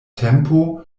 tempo